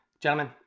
Gentlemen